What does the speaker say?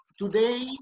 Today